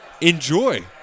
enjoy